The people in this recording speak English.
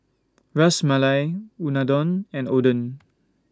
Ras Malai Unadon and Oden